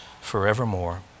forevermore